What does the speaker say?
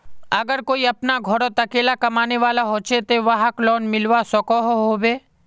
अगर कोई अपना घोरोत अकेला कमाने वाला होचे ते वाहक लोन मिलवा सकोहो होबे?